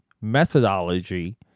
methodology